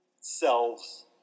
selves